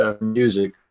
music